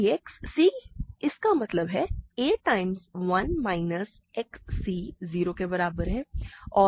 तो ax c इसका मतलब है a times 1 minus x c 0 के बराबर है